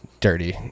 dirty